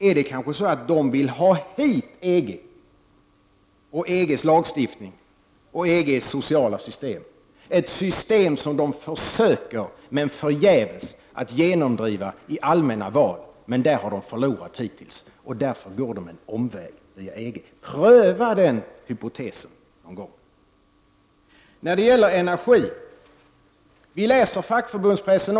Är det kanske så att de vill ha hit EG, EG:s lagstiftning och EG:s sociala system, ett system som de försöker genomdriva i allmänna val. Där har de hittills misslyckats, och därför går de en omväg via EG. Pröva den hypotesen någon gång! Även vi läser fackförbundspressen.